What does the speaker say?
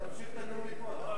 אני ממשיך את הנאום מפה.